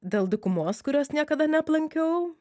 dėl dykumos kurios niekada neaplankiau